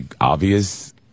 obvious